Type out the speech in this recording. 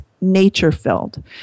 nature-filled